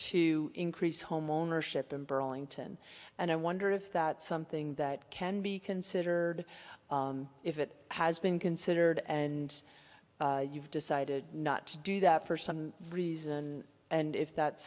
to increase homeownership in burlington and i wonder if that something that can be considered if it has been considered and you've decided not to do that for some reason and if that's